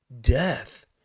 death